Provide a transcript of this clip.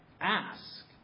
Ask